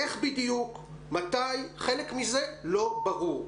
איך בדיוק, מתי חלק מזה לא ברור.